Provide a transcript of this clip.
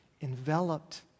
enveloped